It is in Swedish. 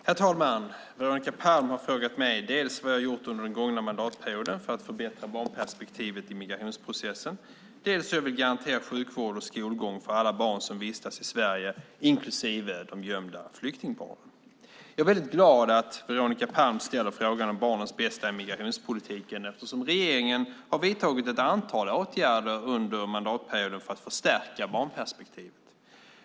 Herr talman! Veronica Palm har frågat mig dels vad jag gjort under den gångna mandatperioden för att förbättra barnperspektivet i migrationsprocessen, dels hur jag vill garantera sjukvård och skolgång för alla barn som vistas i Sverige, inklusive de gömda flyktingbarnen. Jag är väldigt glad att Veronica Palm ställer frågan om barnens bästa i migrationspolitiken, eftersom regeringen har vidtagit ett antal åtgärder under mandatperioden för att förstärka barnperspektivet.